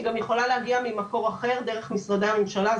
הוא גם יכול להגיע ממקור אחר דרך משרדי הממשלה.